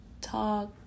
talk